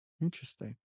interesting